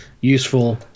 useful